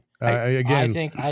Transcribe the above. again